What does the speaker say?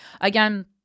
Again